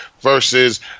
versus